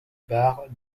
bars